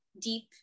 deep